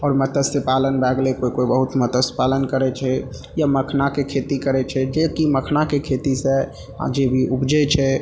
आओर मतस्यपालन भए गेलय कोइ कोइ बहुत मतस्यपालन करय छै या मखानाके खेती करय छै जे कि मखानाके खेतीसँ जे भी उपजय छै